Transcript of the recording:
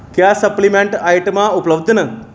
क्या सप्लीमैंट आइटमां उपलब्ध न